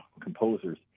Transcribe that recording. composers